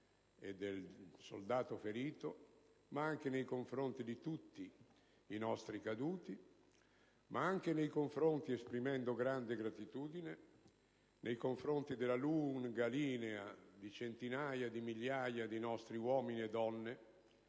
e del soldato ferito, ma anche di tutti i nostri caduti, ed esprimere grande gratitudine nei confronti della lunga linea di centinaia di migliaia di nostri uomini e donne